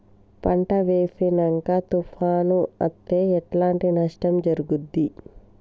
పంట వేసినంక తుఫాను అత్తే ఎట్లాంటి నష్టం జరుగుద్ది?